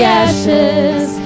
ashes